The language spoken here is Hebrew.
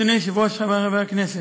אדוני היושב-ראש, חברי חברי הכנסת,